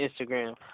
Instagram